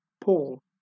Paul